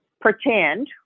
pretend